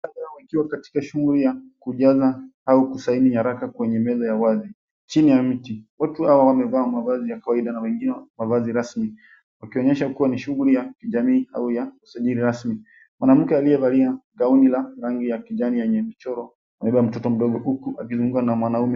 Watu wakiwa katika shughuli ya kujaza au kuasaini waraka kwenye meza ya wazi chini ya mti. Watu hawa wamevaa mavazi ya kawaida na wengine mavazi rasmi wakionyesha kua ni shughuli ya kijamii au ya usajili rasmi. Mwanamke aliyevalia gauni la rangi ya kijani yenye michoro amebeba mtoto mdogo huku akizungumza na mwanaume.